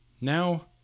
Now